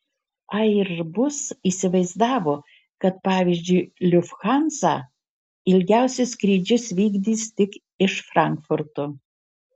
airbus įsivaizdavo kad pavyzdžiui lufthansa ilgiausius skrydžius vykdys tik iš frankfurto